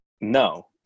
No